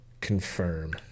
Confirm